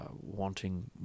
wanting